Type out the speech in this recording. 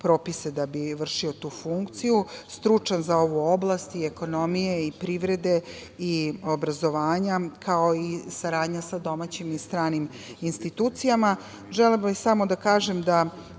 da bi vršio tu funkciju, stručan za ovu oblast ekonomije, privrede i obrazovanja, kao i saradnja sa domaćim i stranim institucijama. Želela bih samo da kažem da